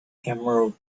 emerald